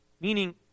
meaning